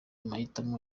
mahitamo